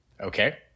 Okay